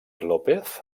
lópez